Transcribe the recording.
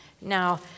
Now